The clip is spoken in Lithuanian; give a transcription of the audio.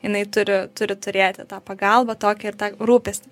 jinai turi turi turėti tą pagalbą tokią ir tą rūpestį